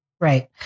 Right